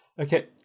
Okay